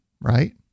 right